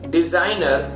Designer